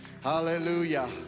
hallelujah